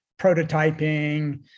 prototyping